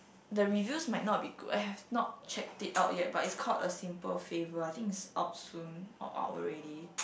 the reviews might not be good I have not checked it out yet but is called a Simple Favor I think is out soon or out already